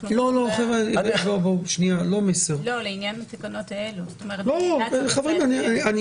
אבל אני ממה שאני מבין, זה לא כל כך חמור כמו שזה